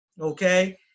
okay